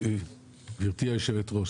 גברתי היושבת-ראש,